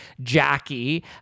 Jackie